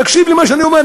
תקשיב למה שאני אומר.